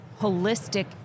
holistic